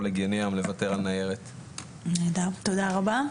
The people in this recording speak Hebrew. תודה רבה.